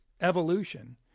evolution